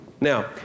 Now